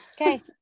Okay